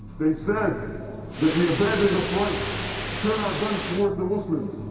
they said that we abandoned the fronts to turn our guns towards the muslims.